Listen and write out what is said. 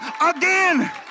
again